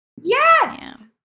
Yes